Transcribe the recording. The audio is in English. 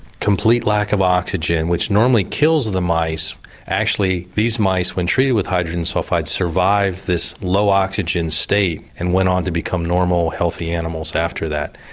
complete lack of oxygen which normally kills the mice actually these mice when treated with hydrogen sulphide survive this low oxygen state and went on to become normal healthy animals after that.